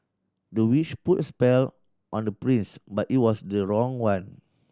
the witch put a spell on the prince but it was the wrong one